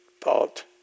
thought